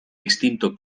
extinto